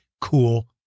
cool